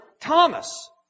Thomas